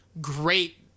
great